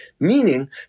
Meaning